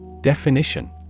Definition